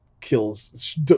kills